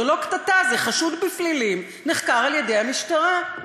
זו לא קטטה, זה חשוד בפלילים שנחקר על-ידי המשטרה.